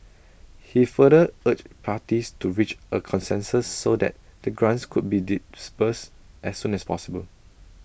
he further urged parties to reach A consensus so that the grants could be disbursed as soon as possible